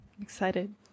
excited